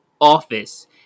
office